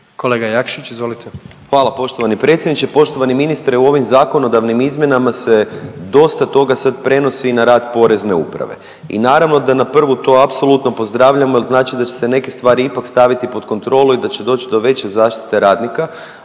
**Jakšić, Mišel (SDP)** Hvala poštovani predsjedniče, poštovani ministre. U ovim zakonodavnim izmjenama se dosta toga sad prenosi i na rad Porezne uprave i naravno da na prvu to apsolutno pozdravljamo jer znači da će se neke stvari ipak staviti pod kontrolu i da će doći do veće zaštite radnika,